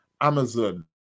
Amazon